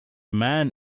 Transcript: man